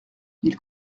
ils